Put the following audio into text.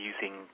using